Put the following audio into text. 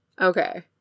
Okay